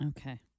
Okay